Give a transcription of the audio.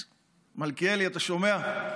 מלכיאלי, אתה שומע?